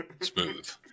Smooth